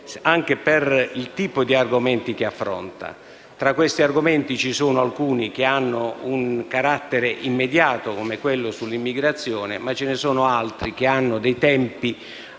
anche per il tipo di argomenti che affronta. Tra questi ce ne sono alcuni che hanno un carattere immediato, come quello sull'immigrazione, ma ce ne sono altri maggiormente